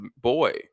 boy